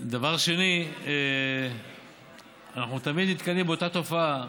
דבר שני, אנחנו תמיד נתקלים באותה תופעה: